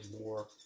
more